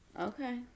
Okay